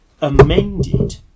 amended